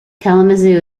kalamazoo